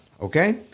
Okay